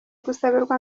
gusabirwa